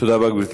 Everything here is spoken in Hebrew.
תודה רבה, גברתי.